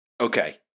Okay